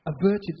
averted